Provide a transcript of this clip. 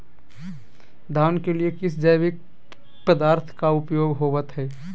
धान के लिए किस जैविक पदार्थ का उपयोग होवत है?